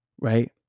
right